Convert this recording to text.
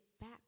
back